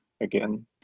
again